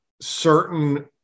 certain